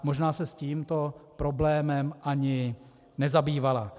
Možná se tímto problémem ani nezabývala.